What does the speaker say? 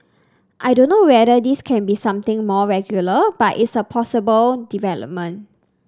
I don't know whether this can be something more regular but it's a possible development